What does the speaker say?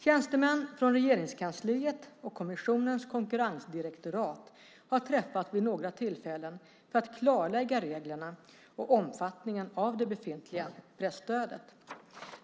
Tjänstemän från Regeringskansliet och kommissionens konkurrensdirektorat har träffats vid några tillfällen för att klarlägga reglerna och omfattningen av det befintliga presstödet.